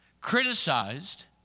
criticized